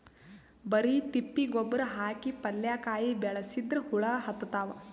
ಬರಿ ತಿಪ್ಪಿ ಗೊಬ್ಬರ ಹಾಕಿ ಪಲ್ಯಾಕಾಯಿ ಬೆಳಸಿದ್ರ ಹುಳ ಹತ್ತತಾವ?